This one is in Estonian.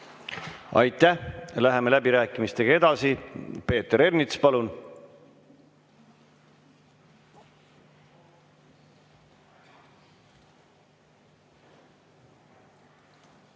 Aitäh! Läheme läbirääkimistega edasi. Peeter Ernits, palun!